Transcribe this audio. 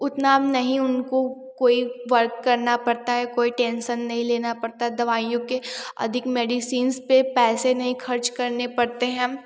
उतना नहीं उनको कोई वर्क करना पड़ता है कोई टेंसन नहीं लेना पड़ता है दवाइयों के अधिक मेडिसिन्स पर पैसे नहीं खर्च करने पड़ते हैं